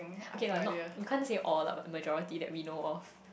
okay lah not we can't say all lah but majority that we know of